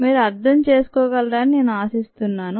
మీరు అర్థం చేసుకోగలరని నేను ఆశిస్తున్నాను